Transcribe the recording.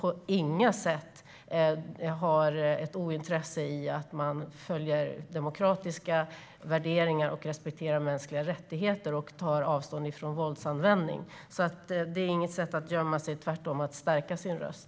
Det finns på inget sätt ett ointresse av att följa demokratiska värderingar, respektera mänskliga rättigheter och ta avstånd från våldsanvändning. Det är inte ett sätt att gömma sig. Tvärtom är det ett sätt att stärka sin röst.